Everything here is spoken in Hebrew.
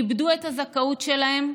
איבדו את הזכאות שלהן,